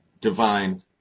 divine